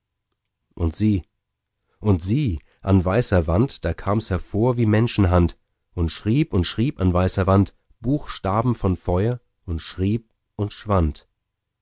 und sieh und sieh an weißer wand da kams hervor wie menschenhand und schrieb und schrieb an weißer wand buchstaben von feuer und schrieb und schwand